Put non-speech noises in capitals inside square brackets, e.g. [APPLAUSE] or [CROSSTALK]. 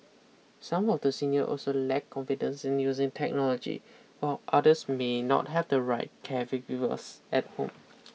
some of the senior also lack confidence in using technology while others may not have the right care caregivers at home [NOISE]